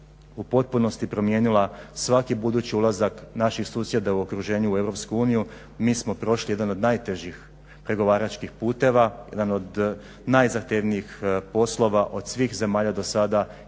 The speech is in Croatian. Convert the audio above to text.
u potpunosti promijenila svaki budući ulazak naših susjeda u okruženju u EU. Mi smo prošli jedan od najtežih pregovaračkih puteva, jedan od najzahtjevnijih poslova od svih zemalja dosada